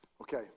Okay